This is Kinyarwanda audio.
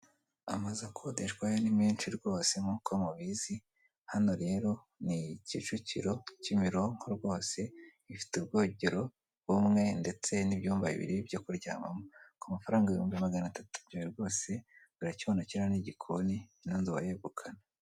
Amazu akodeshwa yo ni menshi nk'uko mubizi, hano rero ni Kicukiro Kimironko rwose ifite ubwogero bumwe ndetse n'ibyumba bibiri byo kuryamamo ku mafaranga ibihumbi maganatatu byawe rwose urakibona kiriya ni igikoni ino nzu wayegukana.